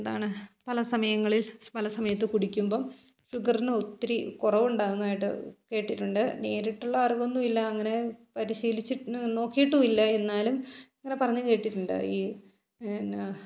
എന്താണ് പല സമയങ്ങളിൽ പല സമയത്ത് കുടിക്കുമ്പം ഷുഗറിനൊത്തിരി കുറവുണ്ടാവുന്നത് ആയിട്ടു കേട്ടിട്ടുണ്ട് നേരിട്ടുള്ള അറിവൊന്നും ഇല്ല അങ്ങനെ പരിശീലിച്ചു നോക്കിയിട്ടും ഇല്ല എന്നാലും ഇങ്ങനെ പറഞ്ഞു കേട്ടിട്ടുണ്ട് ഈ എന്നാ